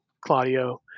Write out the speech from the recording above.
Claudio